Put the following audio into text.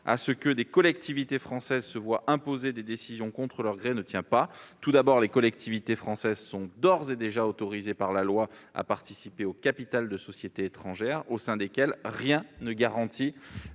à des collectivités françaises de se voir imposer des décisions contre leur gré ne tient pas. Tout d'abord, les collectivités françaises sont d'ores et déjà autorisées par la loi à participer au capital de sociétés étrangères, au sein desquelles rien ne garantit